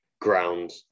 ground